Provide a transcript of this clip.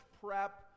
prep